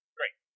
Great